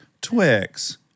Twix